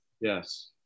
yes